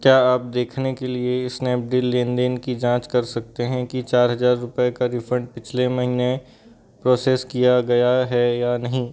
क्या आप देखने के लिए स्नैपडील लेन देन की जाँच कर सकते हैं कि चार हज़ार रुपये का रिफ़ंड पिछले महीने प्रोसेस किया गया है या नहीं